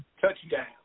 touchdown